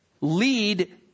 lead